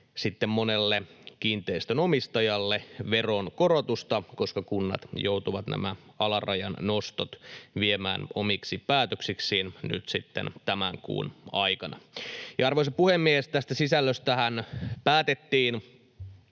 monelle kiinteistön omistajalle veronkorotusta, koska kunnat joutuvat nämä alarajan nostot viemään omiksi päätöksikseen nyt sitten tämän kuun aikana. Arvoisa puhemies! Tästä sisällöstähän päätettiin